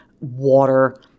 water